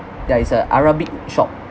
ya it's a arabic shop